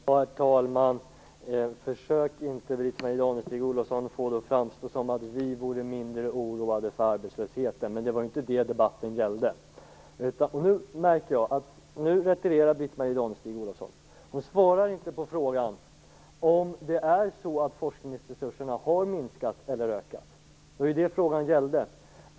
Herr talman! Försök inte, Britt-Marie Danestig Olofsson, att få det att framstå som att vi vore mindre oroade över arbetslösheten! Men det var inte vad debatten gällde. Jag märker att Britt-Marie Danestig-Olofsson retirerar. Hon svarar inte på frågan om forskningsresurserna har minskat eller ökat. Det var det frågan gällde.